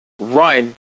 run